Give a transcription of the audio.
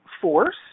force